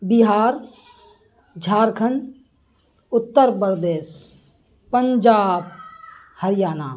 Bihar Jharkhand Uttar Pradesh Punjab Haryana